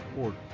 order